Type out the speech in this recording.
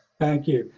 thank you.